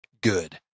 Good